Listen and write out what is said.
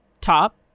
top